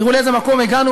תראו לאיזה מקום הגענו,